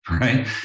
right